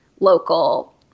local